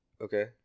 okay